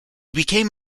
became